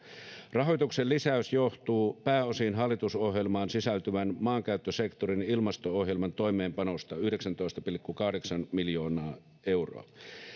rahoituksen lisäys johtuu pääosin hallitusohjelmaan sisältyvän maankäyttösektorin ilmasto ohjelman toimeenpanosta yhdeksäntoista pilkku kahdeksan miljoonaa euroa